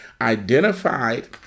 identified